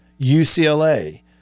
UCLA